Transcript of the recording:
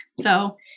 So-